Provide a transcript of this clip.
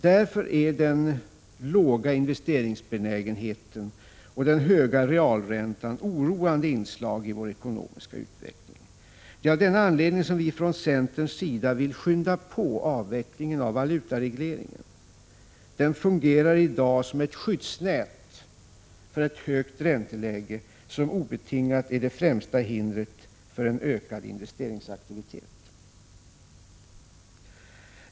Därför är den låga investeringsbenägenheten och den höga realräntan oroande inslag i vår ekonomiska utveckling. Det är av denna anledning som vi från centerns sida vill skynda på avvecklingen av valutaregleringen. Den fungerar i dag som ett skyddsnät för ett högt ränteläge, som obetingat är det främsta hindret för en ökad investeringsaktivitet.